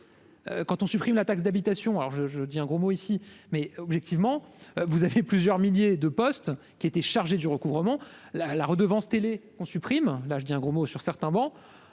Quand on supprime la taxe d'habitation, alors je dis un gros mot ici mais, objectivement, vous avez plusieurs milliers de postes qui était chargé du recouvrement la la redevance télé, qu'on supprime la je dis un gros mot sur certains bancs,